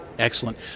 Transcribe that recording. Excellent